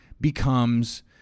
becomes